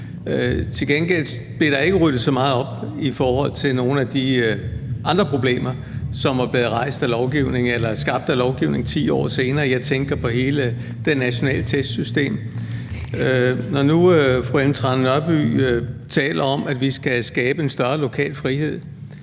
Til gengæld blev der ikke ryddet så meget op i forhold til nogle af de andre problemer, som var blevet skabt af lovgivning 10 år senere. Jeg tænker på hele det nationale testsystem. Når nu fru Ellen Trane Nørby taler om, at vi skal skabe en større lokal frihed,